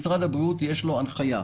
משרד הבריאות יש לו הנחיה,